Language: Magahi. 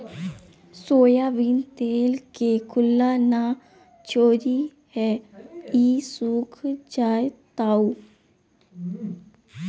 सोयाबीन तेल के खुल्ला न छोरीहें ई सुख जयताऊ